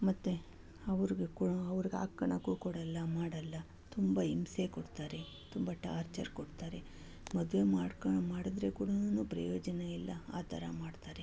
ಮತ್ತು ಅವ್ರಿಗೆ ಕೊ ಅವ್ರ್ಗೆ ಹಾಕೋಳ್ಳೋಕ್ಕೂ ಕೊಡಲ್ಲ ಮಾಡಲ್ಲ ತುಂಬ ಹಿಂಸೆ ಕೊಡ್ತಾರೆ ತುಂಬ ಟಾರ್ಚರ್ ಕೊಡ್ತಾರೆ ಮದುವೆ ಮಾಡ್ಕೋ ಮಾಡಿದರು ಕೂಡನೂ ಪ್ರಯೋಜನ ಇಲ್ಲ ಆ ಥರ ಮಾಡ್ತಾರೆ